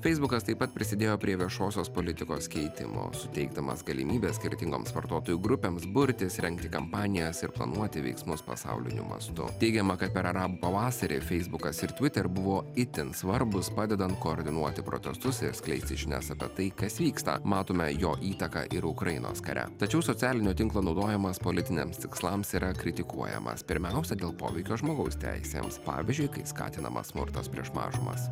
feisbukas taip pat prisidėjo prie viešosios politikos keitimo suteikdamas galimybę skirtingoms vartotojų grupėms burtis rengti kampanijas ir planuoti veiksmus pasauliniu mastu teigiama kad per arabų pavasarį feisbukas ir twitter buvo itin svarbūs padedan koordinuoti protestus ir skleisti žinias apie tai kas vyksta matome jo įtaką ir ukrainos kare tačiau socialinio tinklo naudojimas politiniams tikslams yra kritikuojamas pirmiausia dėl poveikio žmogaus teisėms pavyzdžiui kai skatinamas smurtas prieš mažumas